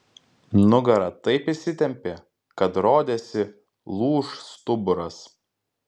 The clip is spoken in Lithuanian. nugara taip įsitempė kad rodėsi lūš stuburas